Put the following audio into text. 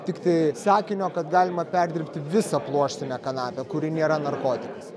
tiktai sakinio kad galima perdirbti visą pluoštinę kanapę kuri nėra narkotikas